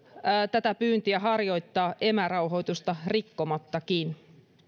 tätä pyyntiä harjoittaa emärauhoitusta rikkomattakin